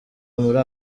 muri